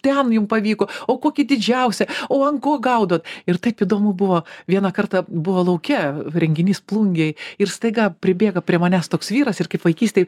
ten jum pavyko o kokį didžiausią o ant ko gaudot ir taip įdomu buvo vieną kartą buvo lauke renginys plungėj ir staiga pribėga prie manęs toks vyras ir kaip vaikystėj